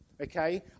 okay